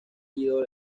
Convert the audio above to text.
ídolo